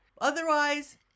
Otherwise